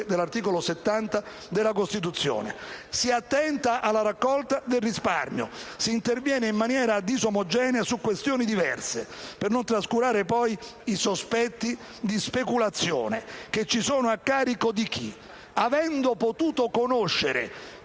agli articoli 47 e 70 della Costituzione. Si attenta alla raccolta del risparmio, si interviene in maniera disomogenea su questioni diverse, per non trascurare poi i sospetti di speculazione che ci sono a carico di chi, avendo potuto conoscere